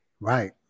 Right